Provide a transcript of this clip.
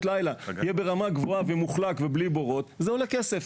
לילה יהיה ברמה גבוהה במוחלק ובלי בורות וזה עולה כסף.